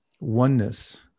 oneness